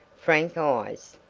frank eyes.